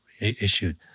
issued